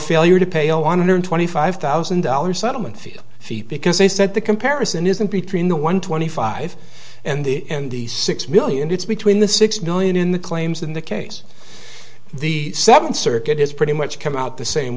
failure to pay a one hundred twenty five thousand dollars settlement fees feet because they said the comparison isn't between the one twenty five and the and the six million it's between the six million in the claims in the case the seventh circuit is pretty much come out the same